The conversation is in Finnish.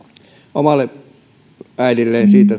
omalle äidilleen siitä